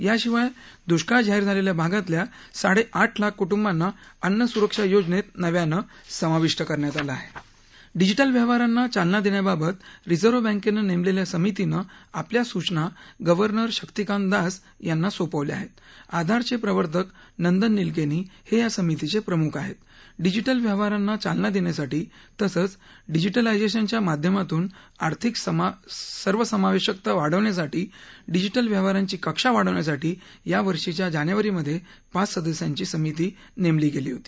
याशिवाय दुष्काळ जाहीर झालख्या भागातल्या साडक्रीठ लाख कुटुंबांना अन्न सुरक्षा योजनत निव्यानं समाविष्ट करण्यात आलं आह डिजिटल व्यवहारांना चालना दख्याबाबत रिझर्व्ह बँक्टी नस्किष्ट्या समितीनं आपल्या सूचना गव्हर्नर शक्तीकांत दास यांना सोपवल्या आहक्त आधारचप्रिवर्तक नंदन निलक्विणी हक्ती समितीचप्रिमुख आहक्त डिजिटल व्यवहारांना चालना दक्तीसाठी तसंच डिजिटायझध्विच्या माध्यमातनं आर्थिक समावध्किता वाढवण्यासाठी डिजिटल व्यवहारांची कक्षा वाढवण्यासाठी या वर्षीच्या जानद्तिरीमध्यप्रिच सदस्यांची समिती नस्की होती